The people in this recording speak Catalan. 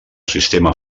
sistema